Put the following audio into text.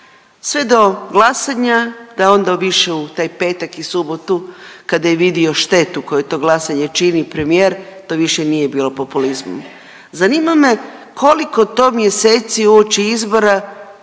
sve do glasanja da onda obišu taj petak i subotu kada je vidio štetu koje to glasanje čini premijer, to više nije bilo populizmom. Zanima me koliko to mjeseci uoči izbora